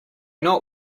not